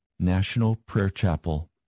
Nationalprayerchapel